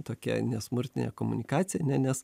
tokia nesmurtinė komunikacija ne nes